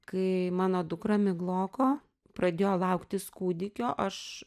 kai mano dukra migloko pradėjo lauktis kūdikio aš